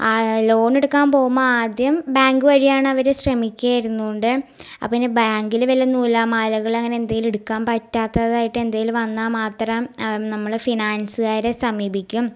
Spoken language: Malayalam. ലോണെടുക്കാൻ പോകുമ്പം ആദ്യം ബാങ്ക് വഴിയാണവർ ശ്രമിക്കാൻ ഇരുന്നോണ്ട് അപ്പം പിന്നെ ബാങ്കിൽ വല്ല നൂലാമാലകളും അങ്ങനെ എന്തെങ്കിലും എടുക്കാൻ പറ്റാത്തതായിട്ട് എന്തെങ്കിലും വന്നാൽ മാത്രം നമ്മൾ ഫിനാൻസ്കാരെ സമീപിക്കും